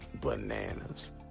bananas